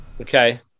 Okay